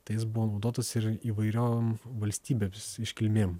tai jis buvo naudotas ir įvairiom valstybės iškilmėm